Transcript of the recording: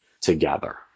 together